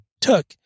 took